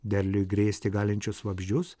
derliui grėsti galinčius vabzdžius